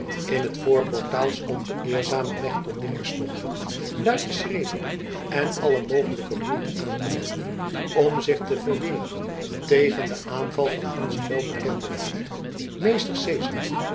in het voorportaal stond de eerzame mechtelt dirksdochter luid te schreeuwen en alle mogelijke moeite aan te wenden om zich te verweren tegen den aanval van onzen welbekenden vriend meester cezar